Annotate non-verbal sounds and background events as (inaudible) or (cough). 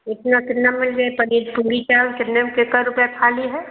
कितना कितना (unintelligible) पनीर पूरी का कितने में के क्या रुपये थाली है